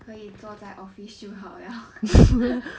可以坐在 office 就好了